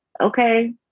okay